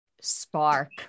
spark